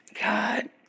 God